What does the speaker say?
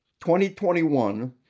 2021